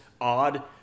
odd